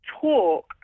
talk